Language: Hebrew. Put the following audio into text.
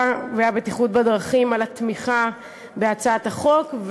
והבטיחות בדרכים על התמיכה בהצעת החוק,